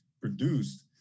produced